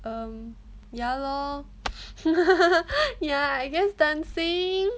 um ya lor ya I guess dancing